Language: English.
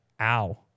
ow